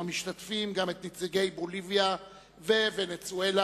המשתתפים גם את נציגי בוליביה וונצואלה,